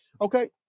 Okay